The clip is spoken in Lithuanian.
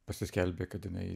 pasiskelbė kad jinai